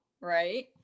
right